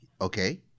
okay